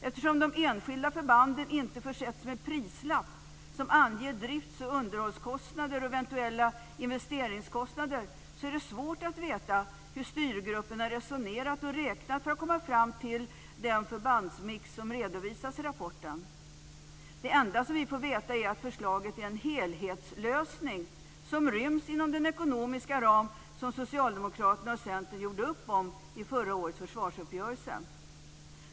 Eftersom de enskilda förbanden inte försetts med "prislapp" som anger drifts och underhållskostnader samt eventuella investeringskostnader är det svårt att veta hur styrgruppen har resonerat och räknat för att komma fram till den förbandsmix som redovisas i rapporten. Den enda som vi får veta är att förslaget är en helhetslösning som ryms inom den ekonomiska ram som Socialdemokraterna och Centern gjorde upp om i förra årets försvarsuppgörelse.